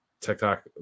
TikTok